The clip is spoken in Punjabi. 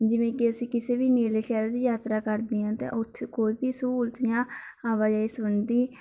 ਜਿਵੇਂ ਕਿ ਅਸੀਂ ਕਿਸੇ ਵੀ ਨੇੜਲੇ ਸ਼ਹਿਰ ਦੀ ਯਾਤਰਾ ਕਰਦੇ ਹਾਂ ਅਤੇ ਉੱਥੇ ਕੋਈ ਵੀ ਸਹੂਲਤ ਜਾਂ ਆਵਾਜਾਈ ਸੰਬੰਧੀ